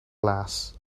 last